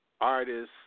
artists